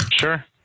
Sure